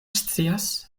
scias